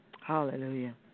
Hallelujah